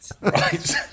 Right